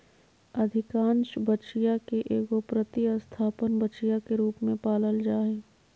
अधिकांश बछिया के एगो प्रतिस्थापन बछिया के रूप में पालल जा हइ